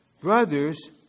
brothers